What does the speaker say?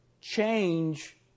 change